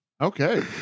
Okay